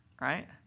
right